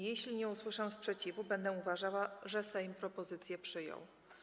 Jeśli nie usłyszę sprzeciwu, będę uważała, że Sejm propozycję przyjął.